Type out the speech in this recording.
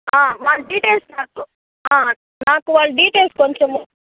వాళ్ళ డిటెయిల్స్ నాకు నాకు వాళ్ళ డిటెయిల్సు కొంచెము